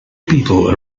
people